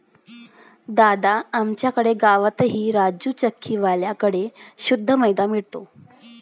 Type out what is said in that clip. दादा, आमच्या गावातही राजू चक्की वाल्या कड़े शुद्ध मैदा मिळतो